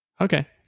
Okay